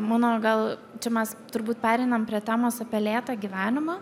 mano gal čia mes turbūt pereinam prie temos apie lėtą gyvenimą